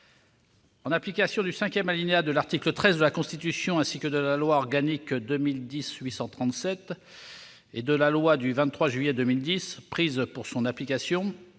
En application du cinquième alinéa de l'article 13 de la Constitution, ainsi que de la loi organique n° 2010-837 et de la loi n° 2010-838 du 23 juillet 2010 prises pour son application,